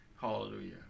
hallelujah